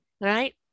right